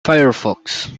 firefox